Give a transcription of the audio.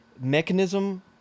mechanism